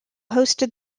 hosted